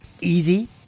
easy